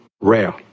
rare